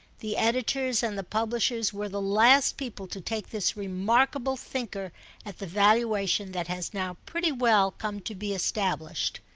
the editors and the publishers were the last people to take this remarkable thinker at the valuation that has now pretty well come to be established.